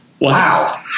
wow